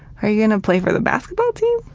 are you gonna play for the basketball team?